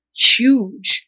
huge